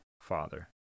father